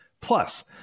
Plus